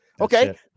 okay